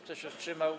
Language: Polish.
Kto się wstrzymał?